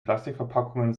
plastikverpackungen